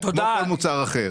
כמו כל מוצר אחר,